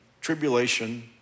tribulation